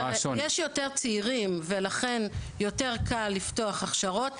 יש יותר צעירים ולכן יותר קל לפתוח הכשרות,